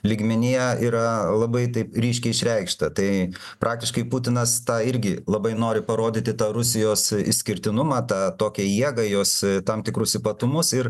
lygmenyje yra labai taip ryškiai išreikšta tai praktiškai putinas tą irgi labai nori parodyti tą rusijos išskirtinumą tą tokią jėgą jos tam tikrus ypatumus ir